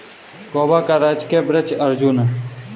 गोवा का राजकीय वृक्ष अर्जुन है